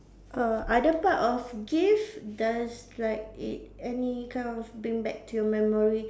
err other part of gift does like it any kind of bring back to your memory